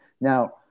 Now